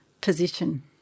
position